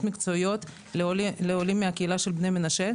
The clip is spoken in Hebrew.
מקצועיות לעולים מהקהילה של בני מנשה.